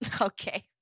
Okay